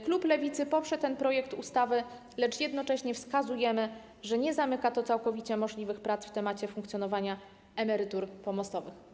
Klub Lewicy poprze ten projekt ustawy, lecz jednocześnie wskazujemy, że nie zamyka to całkowicie możliwych prac w temacie funkcjonowania emerytur pomostowych.